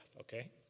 okay